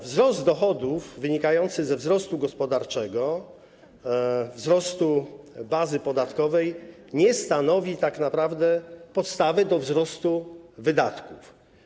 Wzrost dochodów wynikający ze wzrostu gospodarczego, wzrostu bazy podatkowej nie stanowi tak naprawdę podstawy do wzrostu wydatków.